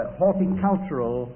horticultural